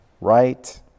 right